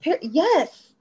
yes